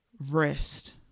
rest